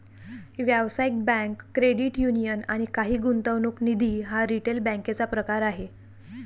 व्यावसायिक bank, credit union आणि काही गुंतवणूक निधी हा रिटेल बँकेचा प्रकार आहे